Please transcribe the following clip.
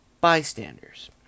bystanders